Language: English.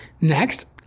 Next